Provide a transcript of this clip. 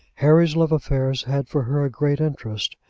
harry's love-affairs had for her a great interest,